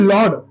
Lord